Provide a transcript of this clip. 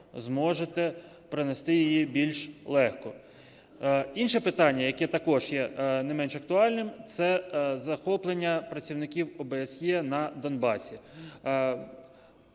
зможете перенести її більш легко. Інше питання, яке також є не менш актуальним, це захоплення працівників ОБСЄ на Донбасі.